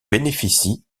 bénéficie